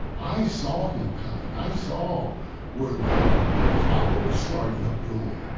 i saw him coming. i saw where the flower was starting to bloom.